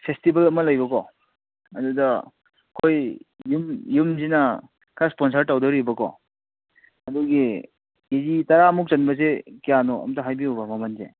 festival ꯑꯃ ꯂꯩꯕꯀꯣ ꯑꯗꯨꯗ ꯑꯩꯈꯣꯏ ꯌꯨꯝ ꯌꯨꯝꯁꯤꯅ ꯈꯔ ꯏꯁꯄꯣꯟꯁꯔ ꯇꯧꯗꯧꯔꯤꯕꯀꯣ ꯑꯗꯨꯒꯤ ꯀꯦ ꯖꯤ ꯇꯔꯥꯃꯨꯛ ꯆꯟꯕꯁꯦ ꯀꯌꯥꯅꯣ ꯑꯝꯇ ꯍꯥꯏꯕꯤꯌꯨꯕ ꯃꯃꯜꯁꯦ